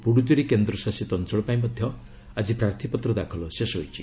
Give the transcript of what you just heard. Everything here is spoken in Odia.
ପୁଡ୍ରଚେରୀ କେନ୍ଦ୍ରଶାସିତ ଅଞ୍ଚଳ ପାଇଁ ମଧ୍ୟ ଆଜି ପ୍ରାର୍ଥୀପତ୍ର ଦାଖଲ ଶେଷ ହୋଇଛି